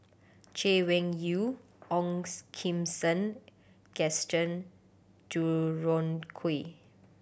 Chay Weng Yew Ong's Kim Seng Gaston Dutronquoy